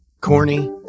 Corny